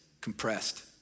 compressed